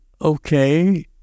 okay